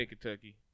Kentucky